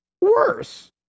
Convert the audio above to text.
worse